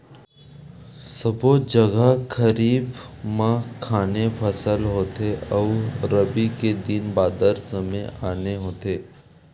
सबो जघा खरीफ म आने फसल होथे अउ रबी के दिन बादर समे आने होथे